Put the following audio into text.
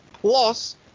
Plus